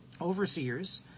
Overseers